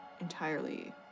entirely